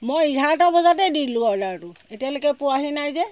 মই ইঘাৰটা বজাতে দিলোঁ অৰ্ডাৰটো এতিয়ালৈকে পোৱাহি নাই যে